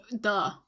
duh